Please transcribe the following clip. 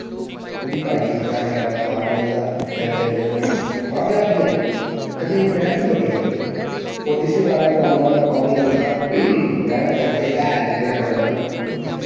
उंदी बाड़ियै ई टैमें टैमें दा पानी लगदा टैमें टैमें दे लोग कामजाब बी हैन ते कन्नै मैह्नत बी बड़ी करदे न ते इस्सै कारण टैमें टैमें दा पानी लगदा मैह्नत करगे हैल दिंदे टैमें टैमें दा